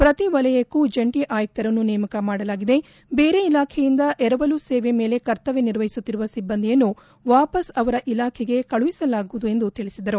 ಪ್ರತಿ ವಲಯಕ್ಕೂ ಜಂಟಿ ಆಯುಕ್ತರನ್ನು ನೇಮಕ ಮಾಡಲಾಗಿದೆ ಬೇರೆ ಇಲಾಖೆಯಿಂದ ಎರವಲು ಸೇವೆ ಮೇಲೆ ಕರ್ತವ್ಯ ನಿರ್ವಹಿಸುತ್ತಿರುವ ಸಿಬ್ಬಂದಿಯನ್ನು ವಾಪಸ್ ಅವರ ಇಲಾಖೆಗೆ ಕಳುಹಿಸಲಾಗುವುದು ಎಂದು ತಿಳಿಸಿದರು